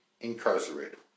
incarcerated